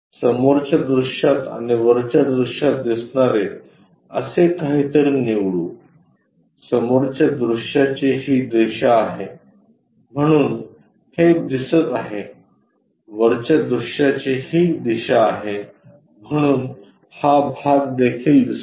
समोरच्या दृश्यात आणि वरच्या दृश्यात दिसणारे असे काहीतरी निवडू समोरच्या दृश्याची ही दिशा आहे म्हणून हे दिसत आहे वरच्या दृश्याची ही दिशा आहे म्हणून हा भाग देखील दिसत आहे